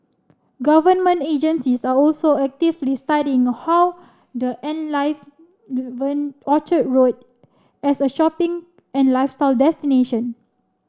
government agencies are also actively studying a how the enliven Orchard Road as a shopping and lifestyle destination